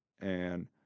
And-